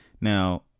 now